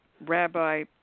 Rabbi